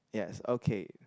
yes okay